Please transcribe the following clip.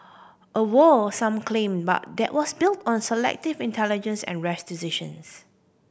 a war some claim but that was built on selective intelligence and rash decisions